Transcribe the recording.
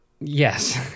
Yes